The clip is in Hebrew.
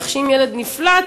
כך שאם הילד נפלט,